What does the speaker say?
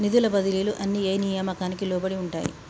నిధుల బదిలీలు అన్ని ఏ నియామకానికి లోబడి ఉంటాయి?